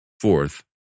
Fourth